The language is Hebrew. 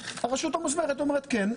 הרשות המוסמכת אומרת כן,